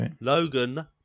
Logan